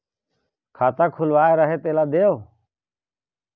खाता खुलवाय रहे तेला देव?